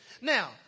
Now